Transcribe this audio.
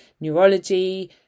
neurology